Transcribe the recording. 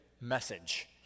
message